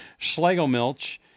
Schlegelmilch